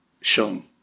shown